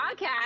podcast